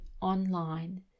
online